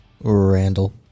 Randall